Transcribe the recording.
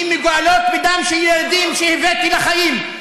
הן מגואלות בדם של ילדים שהבאתי לחיים,